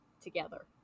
together